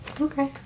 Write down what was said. Okay